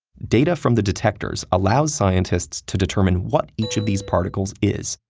data from the detectors allows scientists to determine what each of these particles is,